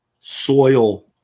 soil